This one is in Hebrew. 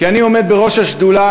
כי אני עומד בראש השדולה,